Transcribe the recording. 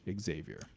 Xavier